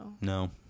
No